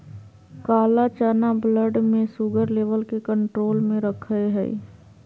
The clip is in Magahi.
काला चना ब्लड में शुगर लेवल के कंट्रोल में रखैय हइ